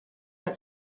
that